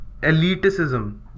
elitism